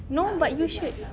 no but you should